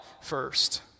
first